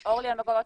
ליועצות?